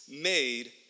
made